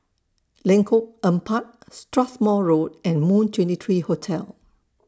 Lengkok Empat Strathmore Road and Moon twenty three Hotel